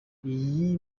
iyi